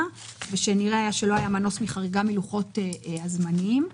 ושנראה היה שלא היה מנוס מחריגה מלוחות הזמנים.